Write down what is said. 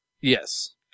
Yes